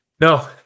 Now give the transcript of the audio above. no